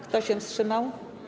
Kto się wstrzymał?